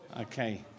Okay